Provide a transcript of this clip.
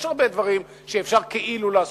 יש הרבה דברים שאפשר כאילו לעשות,